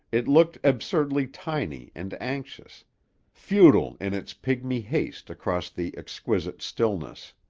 it looked absurdly tiny and anxious futile, in its pigmy haste, across the exquisite stillness.